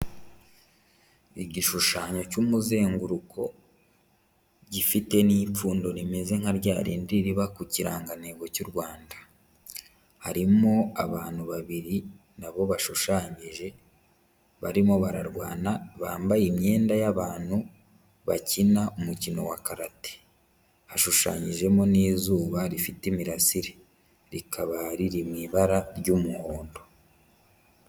Igishushanyo cy'umuzenguruko gifite n'ipfundo rimeze nka rya rindi riba ku kirangantego cy'u Rwanda, harimo abantu babiri nabo bashushanyije, barimo bararwana bambaye imyenda y'abantu bakina umukino wa karate, hashushanyijemo n'izuba rifite imirasire, rikaba riri mu ibara ry'umuhondo.